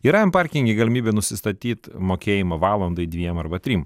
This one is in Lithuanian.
yra em parkinge galimybė nusistatyti mokėjimą valandai dviem arba trim